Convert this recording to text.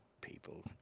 People